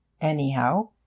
Anyhow